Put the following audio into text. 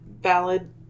Valid